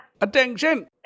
Attention